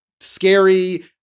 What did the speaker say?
scary